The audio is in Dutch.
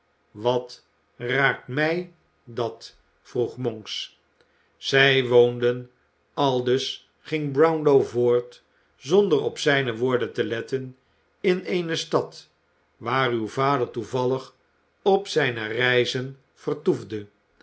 wat raakt mij dat vroeg monks zij woonden aldus ging brownlow voort zonder op zijne woorden te letten in eene stad waar uw vader toevallig op zijne reizen vertoefde